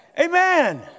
Amen